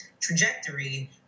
trajectory